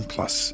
Plus